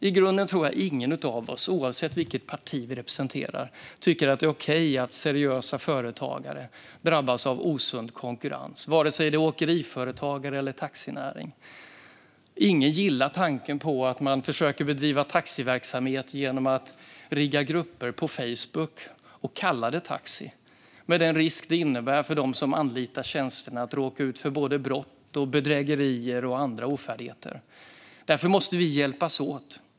I grunden tror jag inte att någon av oss, oavsett vilket parti vi representerar, tycker att det är okej att seriösa företagare, oavsett om det handlar om åkeriföretag eller taxinäring, drabbas av osund konkurrens. Ingen gillar tanken på att man försöker bedriva taxiverksamhet genom att rigga grupper på Facebook och kalla det taxi. Det innebär en risk för dem som anlitar tjänsterna. De kan råka ut för brott, bedrägerier och annat. Vi måste hjälpas åt.